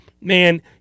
man